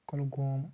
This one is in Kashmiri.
کۄلگوم